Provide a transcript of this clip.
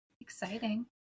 Exciting